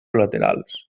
laterals